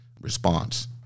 response